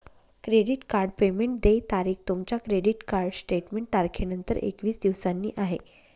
credit card payment देय तारीख तुमच्या क्रेडिट कार्ड स्टेटमेंट तारखेनंतर एकवीस दिवसांनी आहे